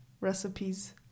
recipes